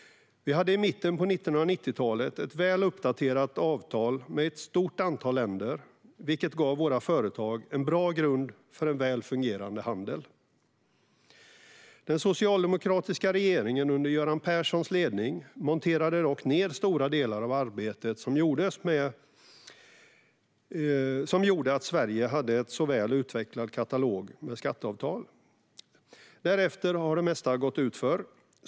Vi hade imitten på 1990-talet väl uppdaterade avtal med ett stort antal länder, vilket gav våra företag en bra grund för en väl fungerande handel. Den socialdemokratiska regeringen under Göran Perssons ledning monterade dock ned stora delar av det arbete som gjorde att Sverige hade en så väl utvecklad katalog med skatteavtal. Därefter har det mesta gått utför.